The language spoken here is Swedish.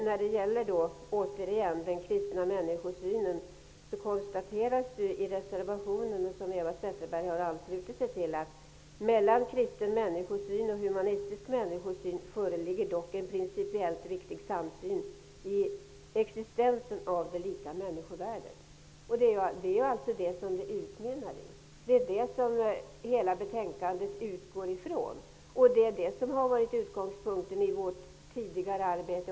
När det gäller den kristna människosynen konstateras ju i den reservation som Eva Zetterberg har anslutit sig till att det mellan kristen människosyn och humanistisk människosyn förekommer en principiellt viktig samsyn på existensen av det lika människovärdet. Det är också alltid i detta som diskussionen utmynnar, och det är det som hela betänkandet utgår från. Det har också varit utgångspunkten i vårt tidigare arbete.